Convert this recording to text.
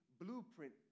blueprint